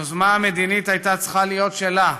היוזמה המדינית הייתה צריכה להיות שלה.